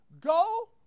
Go